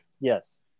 Yes